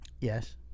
Yes